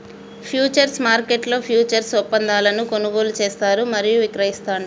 futures మార్కెట్లో futures ఒప్పందాలను కొనుగోలు చేస్తారు మరియు విక్రయిస్తాండ్రు